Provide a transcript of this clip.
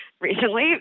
recently